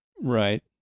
Right